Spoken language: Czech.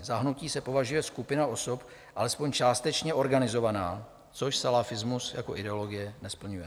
Za hnutí se považuje skupina osob alespoň částečně organizovaná, což salafismus jako ideologie nesplňuje.